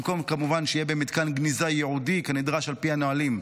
במקום שיהיו במתקן גניזה ייעודי כנדרש על פי הנהלים.